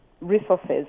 resources